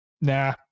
Nah